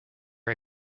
her